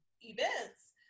events